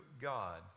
God